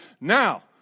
Now